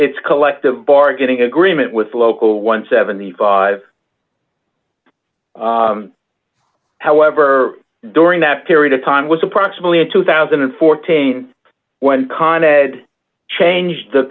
its collective bargaining agreement with local one hundred and seventy five however during that period of time was approximately in two thousand and fourteen when con ed changed the